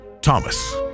Thomas